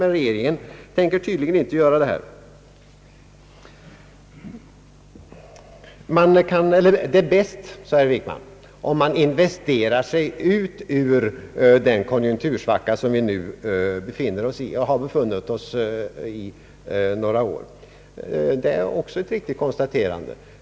Det är bäst, sade herr Wickman, om man investerar sig ut ur den konjunktursvacka som vi befunnit oss i några år. Det är också ett riktigt konstaterande.